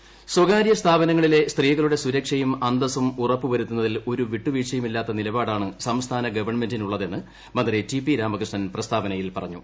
T P Ramakrishnan സ്വകാര്യ സ്ഥാപനങ്ങളിലെ സ്ത്രീക്ളുടെ സുരക്ഷയും അന്തസും ഉറപ്പുവരുത്തുന്നതിൽ ഒരു വിട്ടുവീഴ്ചയുമില്ലാത്ത നിലപാടാണ് സംസ്ഥാന ഗവൺമെന്റിന്റൂള്ളതെന്ന് മന്ത്രി ടി പി രാമകൃഷ്ണൻ പ്രസ്താവനയിൽ പറഞ്ഞു